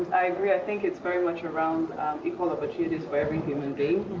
i agree. i think it's very much around equal opportunities for every human being,